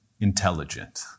intelligent